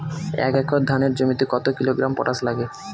এক একর ধানের জমিতে কত কিলোগ্রাম পটাশ লাগে?